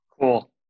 Cool